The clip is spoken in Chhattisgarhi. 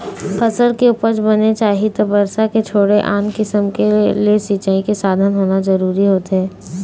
फसल के उपज बने चाही त बरसा के छोड़े आन किसम ले सिंचई के साधन होना जरूरी होथे